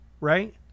right